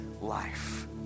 life